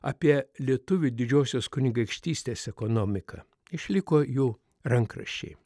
apie lietuvių didžiosios kunigaikštystės ekonomiką išliko jų rankraščiai